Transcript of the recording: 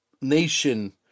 nation